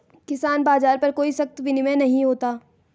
किसान बाज़ार पर कोई सख्त विनियम नहीं होता